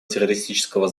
террористического